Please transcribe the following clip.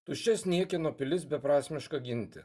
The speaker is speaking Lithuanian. tuščias niekieno pilis beprasmiška ginti